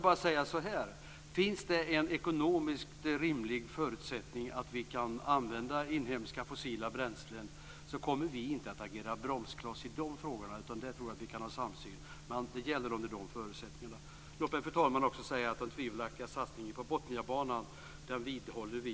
Om det finns en ekonomiskt rimlig förutsättning att vi kan använda inhemska fossila bränslen, kommer vi inte att agera bromskloss i de frågorna. Där kan vi ha en samsyn. Fru talman! Vi vidhåller att det är tvivelaktiga satsningar på Botniabanan.